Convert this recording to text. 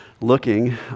looking